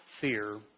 fear